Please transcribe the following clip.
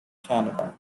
canada